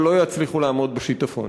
אבל לא יצליחו לעמוד בשיטפון.